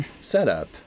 setup